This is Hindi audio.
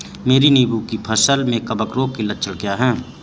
मेरी नींबू की फसल में कवक रोग के लक्षण क्या है?